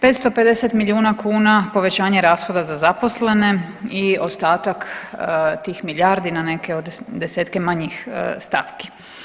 550 milijuna kuna povećanje rashoda za zaposlene i ostatak tih milijardi na neke od desetke manjih stavki.